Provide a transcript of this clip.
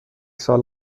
سال